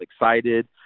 excited